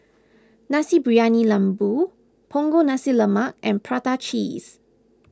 Nasi Briyani Lembu Punggol Nasi Lemak and Prata Cheese